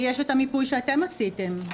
יש את המיפוי שאתם עשיתם.